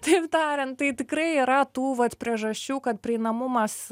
taip tariant tai tikrai yra tų vat priežasčių kad prieinamumas